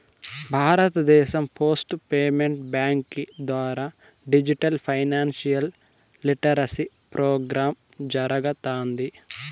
భారతదేశం post payments బ్యాంకీ ద్వారా డిజిటల్ ఫైనాన్షియల్ లిటరసీ ప్రోగ్రామ్ జరగతాంది